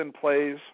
plays